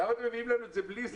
למה אתם מביאים לנו את זה בלי זה?